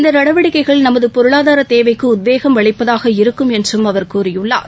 இந்த நடவடிக்கைகள் நமது பொருளாதாரதேவைக்கு உத்வேகம் அளிப்பதாக இருக்கும் என்றம் அவா கூறியுள்ளார்